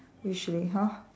usually !huh!